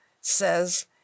says